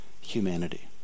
humanity